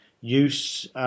use